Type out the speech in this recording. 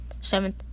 Seventh